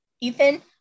Ethan